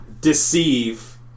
deceive